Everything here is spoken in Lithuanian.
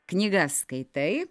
knygas skaitai